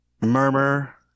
murmur